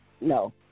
No